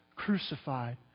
crucified